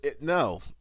No